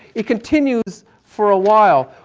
it continues for a while.